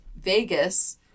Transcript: Vegas